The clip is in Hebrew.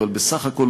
אבל בסך הכול,